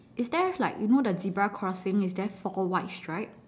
is there like you know the zebra crossing is there four white stripe